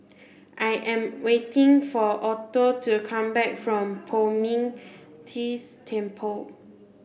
I am waiting for Otho to come back from Poh Ming Tse Temple